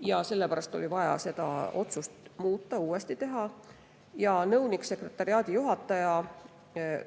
ja sellepärast oli vaja seda otsust muuta, see uuesti teha. Nõunik-sekretariaadijuhataja